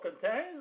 contains